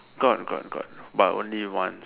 got got got but only one